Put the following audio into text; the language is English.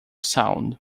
sound